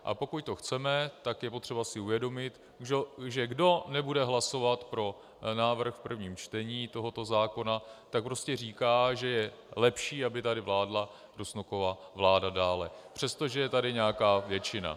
A pokud to chceme, tak je potřeba si uvědomit, že kdo nebude hlasovat pro návrh v prvním čtení tohoto zákona, tak prostě říká, že je lepší, aby tady dále vládla Rusnokova vláda, přestože je tady nějaká většina.